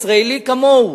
ישראלי כמוהו,